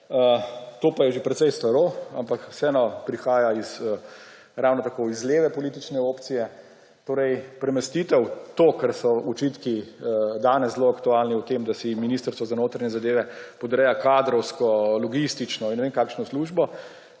To pa je že precej staro, ampak vseeno prihaja iz, ravno tako iz leve politične opcije, torej, premestitev, to, kar so očitki danes zelo aktualni v tem, da si Ministrstvo za notranje zadeve podreja kadrovsko logistično in ne vem kakšno službo,